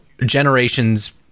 generations